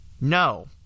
no